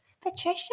Patricia